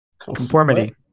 Conformity